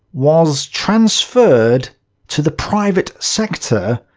was transferred to the private sector.